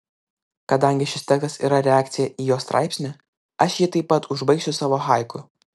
kadangi šis tekstas yra reakcija į jo straipsnį aš jį taip pat užbaigsiu savu haiku